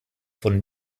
von